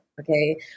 Okay